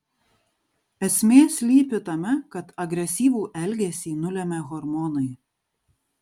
esmė slypi tame kad agresyvų elgesį nulemia hormonai